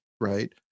right